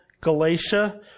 Galatia